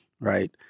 right